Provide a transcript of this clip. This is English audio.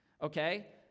okay